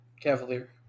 cavalier